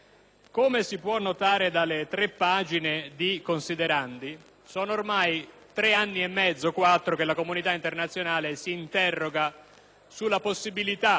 Come si può notare dalle tre pagine di "considerando", sono ormai tre anni e mezzo, quasi quattro che la comunità internazionale si interroga sulla possibilità